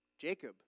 Jacob